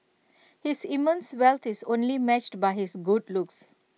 his immense wealth is only matched by his good looks